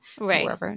Right